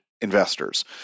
investors